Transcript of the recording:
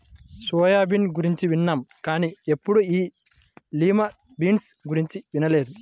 soya bean గురించి విన్నాం కానీ ఎప్పుడూ ఈ లిమా బీన్స్ గురించి వినలేదు